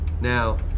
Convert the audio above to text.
Now